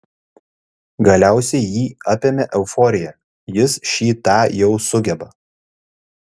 galiausiai jį apėmė euforija jis šį tą jau sugeba